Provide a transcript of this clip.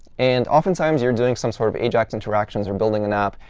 and oftentimes you're doing some sort of ajax interactions or building an app.